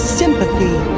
sympathy